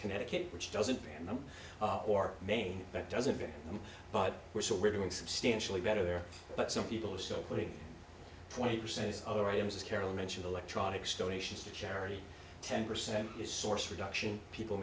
connecticut which doesn't ban them or maine that doesn't but we're so we're doing substantially better there but some people so putting twenty percent over him says carol mentioned electronics donations to charity ten percent is source reduction people